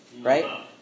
right